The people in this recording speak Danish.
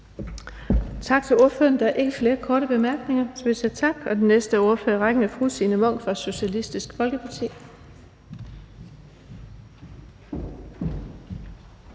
Tak til ordføreren. Der er ikke flere korte bemærkninger, så vi siger tak, og den næste ordfører i rækken er fru Signe Munk fra Socialistisk Folkeparti.